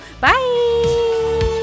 Bye